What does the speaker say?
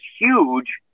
huge